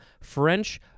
French